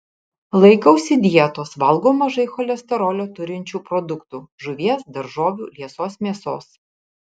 laikausi dietos valgau mažai cholesterolio turinčių produktų žuvies daržovių liesos mėsos